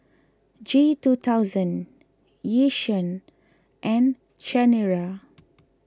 G two thousand Yishion and Chanira